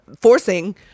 forcing